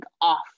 off